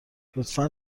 لطفا